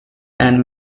and